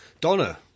Donna